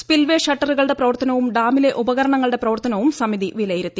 spillway ഷട്ടറുകളുടെ പ്രവർത്തനവും ഡാമിലെ ഉപകരണങ്ങളുടെ പ്രവർത്തനവും സമിതി വിലയിരുത്തി